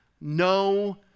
no